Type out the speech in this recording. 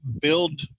build